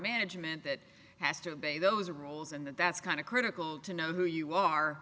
management that has to obey those rules and that's kind of critical to know who you are